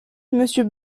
monsieur